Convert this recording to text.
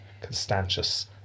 Constantius